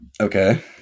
Okay